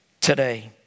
today